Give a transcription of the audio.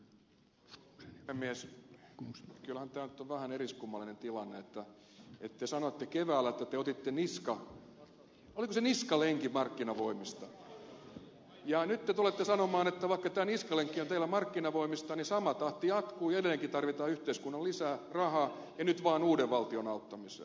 kyllähän tämä on nyt vähän eriskummallinen tilanne että te sanoitte keväällä että te otitte oliko se niskalenkin markkinavoimista ja nyt te tulette sanomaan että vaikka tämä niskalenkki on teillä markkinavoimista niin sama tahti jatkuu ja edelleenkin tarvitaan yhteiskunnalta lisää rahaa ja nyt vaan uuden valtion auttamiseen